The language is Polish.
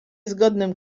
zgodnym